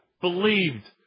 believed